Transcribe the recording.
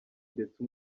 ndetse